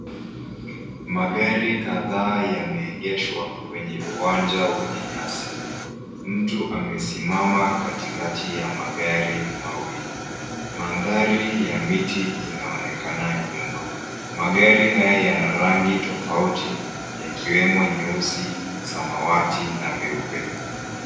Magari kadhaa yameegeshwa kwenye uwanja wenye nyasi. Mtu amesimama katikati ya magari mawili. Mandhari ya miti inaonekana nyuma. Magari haya yana rangi tofauti, yakiwemo, nyeusi, samawati, na meupe.